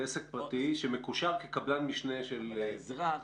זה עסק פרטי שמקושר כקבלן משנה של חברת הדואר.